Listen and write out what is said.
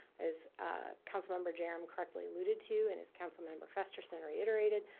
as ah council member jerram correctly alluded to, and as council member festersen reiterated.